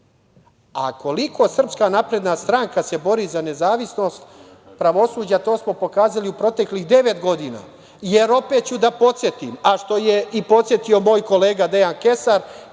nezavistan. Koliko se SNS bori za nezavisnost pravosuđa, to smo pokazali u proteklih devet godina, jer opet ću da podsetim, a što je podsetio i moj kolega Dejan Kesar,